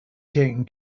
taken